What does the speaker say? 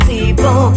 People